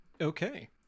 Okay